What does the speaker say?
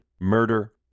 murder